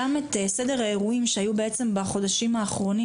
גם את סדר האירועים שהיו בעצם בחודשים האחרונים